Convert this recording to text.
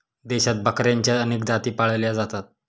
देशात बकऱ्यांच्या अनेक जाती पाळल्या जातात